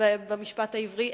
במשפט העברי,